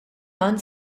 għan